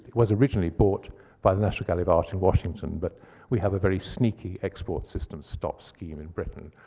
it was originally bought by the national gallery of art in washington, but we have a very sneaky export system stop scheme in brittain.